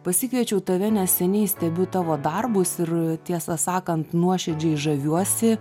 pasikviečiau tave nes seniai stebiu tavo darbus ir tiesą sakant nuoširdžiai žaviuosi